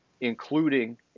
including